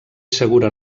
segura